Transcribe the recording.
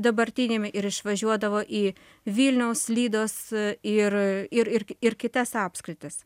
dabartiniame ir išvažiuodavo į vilniaus lydos ir ir ir ir kitas apskritis